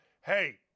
hey